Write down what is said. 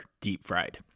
deep-fried